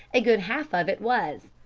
a good half of it was.